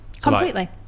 Completely